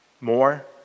More